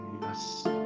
Yes